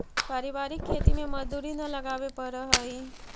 पारिवारिक खेती में मजदूरी न लगावे पड़ऽ हइ